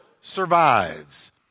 survives